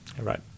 Right